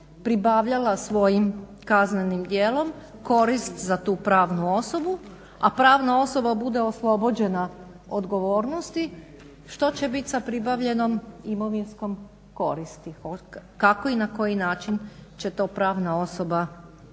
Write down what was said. pribavljala svojim kaznenim djelom korist za tu pravnu osobu, a pravna osoba bude oslobođena odgovornosti, što će biti sa pribavljenom imovinskom koristi, kako i na koji način će to pravna osoba onda,